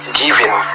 giving